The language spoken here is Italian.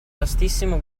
vastissimo